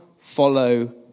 follow